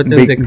big